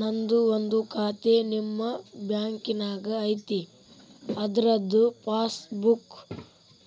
ನಂದು ಒಂದು ಖಾತೆ ನಿಮ್ಮ ಬ್ಯಾಂಕಿನಾಗ್ ಐತಿ ಅದ್ರದು ಪಾಸ್ ಬುಕ್